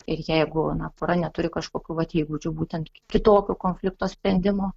ir jeigu na pora neturi kažkokių vat įgūdžių būtent kitokio konflikto sprendimo